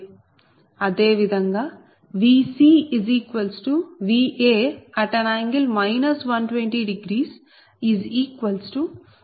అదే విధంగా VcVa∠ 120Vae j1202Va